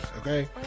okay